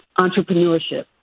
entrepreneurship